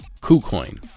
KuCoin